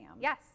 yes